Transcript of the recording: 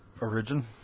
Origin